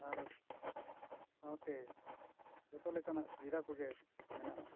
ᱟᱨ ᱥᱟᱶᱛᱮ ᱡᱚᱛᱚ ᱞᱮᱠᱟᱱᱟᱜ ᱥᱩᱵᱤᱫᱷᱟ ᱠᱚᱜᱮ ᱢᱮᱱᱟᱜᱼᱟ